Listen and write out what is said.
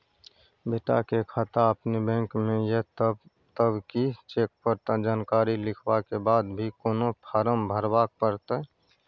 बेटा के खाता अपने बैंक में ये तब की चेक पर जानकारी लिखवा के बाद भी कोनो फारम भरबाक परतै?